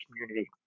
community